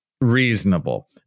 reasonable